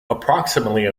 approximately